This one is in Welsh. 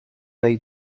wnei